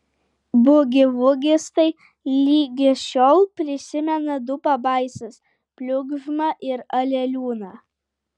bugivugistai ligi šiol prisimena du pabaisas pliugžmą ir aleliūną